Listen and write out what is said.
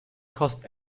cost